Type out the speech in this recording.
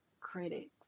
critics